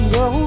go